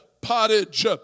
pottage